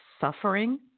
suffering